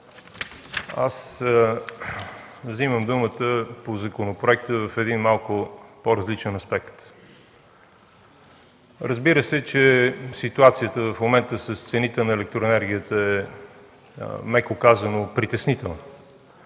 Вземам думата по законопроекта в един малко по-различен аспект. Разбира се, че ситуацията в момента с цените на електроенергията е, меко казано, притеснителна.